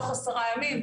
תוך עשרה ימים,